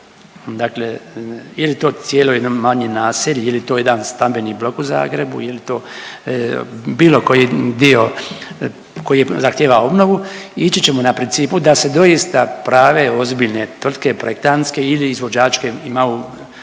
Dakle je li to cijelo jedno manje naselje, je li to jedan stambeni blok u Zagrebu, je li to bilo koji dio koji zahtjeva obnovu, ići ćemo na principu da se doista prave ozbiljne tvrtke projektantske ili izvođačke imaju